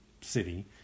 city